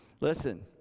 Listen